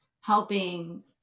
helping